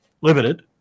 limited